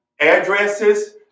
addresses